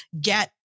get